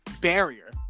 barrier